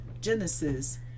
Genesis